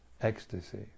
ecstasy